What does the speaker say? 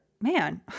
man